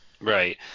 Right